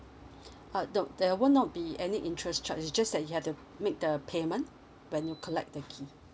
uh nope that will not be any interest charge is just that you have to make the payment when you collect the key